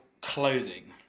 clothing